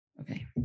Okay